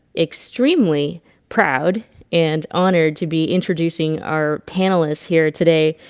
extremely proud and honored to be introducing our panelists here today.